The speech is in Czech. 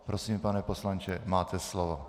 Prosím, pane poslanče, máte slovo.